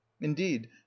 indeed